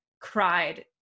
cried